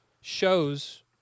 shows